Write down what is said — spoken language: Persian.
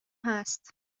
هست